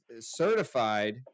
certified